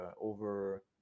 over